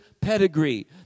pedigree